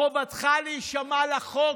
חובתך להישמע לחוק.